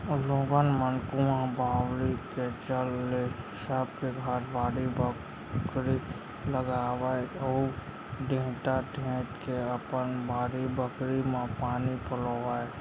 लोगन मन कुंआ बावली के चल ले सब के घर बाड़ी बखरी लगावय अउ टेड़ा टेंड़ के अपन बारी बखरी म पानी पलोवय